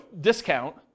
discount